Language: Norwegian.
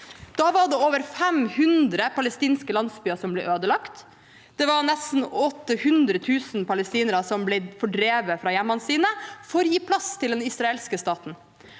var det over 500 palestinske landsbyer som ble ødelagt. Det var nesten 800 000 palestinere som ble fordrevet fra hjemmene sine for å gi plass til den israelske staten.